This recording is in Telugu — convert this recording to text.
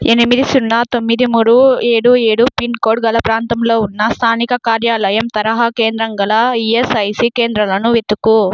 ఎనిమిది సున్నా తొమ్మిది మూడు ఏడు ఏడు పిన్కోడ్ గల ప్రాంతంలో ఉన్న స్థానిక కార్యాలయం తరహా కేంద్రం గల ఈఎస్ఐసి కేంద్రాలను వెతుకు